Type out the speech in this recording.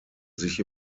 sich